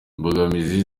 imbogamizi